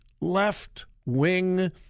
left-wing